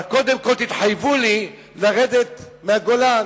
אבל קודם כול תתחייבו לרדת מהגולן.